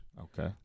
Okay